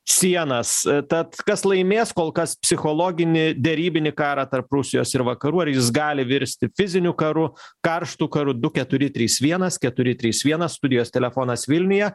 sienas tad kas laimės kol kas psichologinį derybinį karą tarp rusijos ir vakarų ar jis gali virsti fiziniu karu karštu karu du keturi trys vienas keturi trys vienas studijos telefonas vilniuje